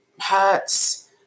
hurts